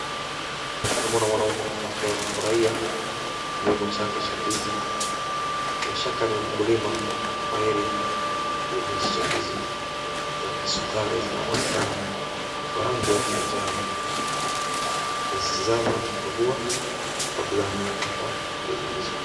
Naona mwanaume hapa akiwa anafurahia kilimo chake cha ndizi. Bila shaka ni mkulima mahiri wa kilimo hiki cha ndizi za kisukari zinavyoonekana kwa rangi yake ya njano. Akizitazama na kukagua kabla kukata ndizi hizo.